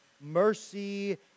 mercy